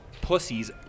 pussies